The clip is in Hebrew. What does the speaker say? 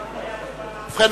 ובכן,